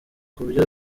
kubyo